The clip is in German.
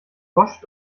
bosch